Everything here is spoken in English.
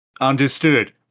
understood